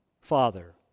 Father